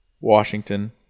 Washington